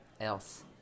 else